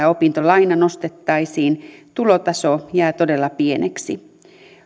opintolaina nostettaisiin tulotaso jää todella pieneksi